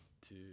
two